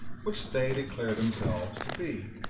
which they declare themselves to be.